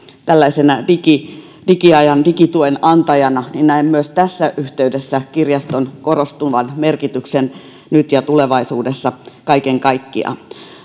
tällaisena digiajan digituen antajana ja näen myös tässä yhteydessä kirjaston korostuvan merkityksen nyt ja tulevaisuudessa kaiken kaikkiaan